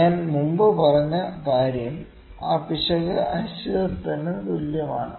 ഞാൻ മുമ്പ് പറഞ്ഞ കാര്യം ആ പിശക് അനിശ്ചിതത്വത്തിന് തുല്യമാണ്